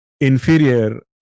inferior